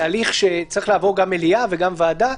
זה הליך שצריך לעבור גם מליאה וגם ועדה.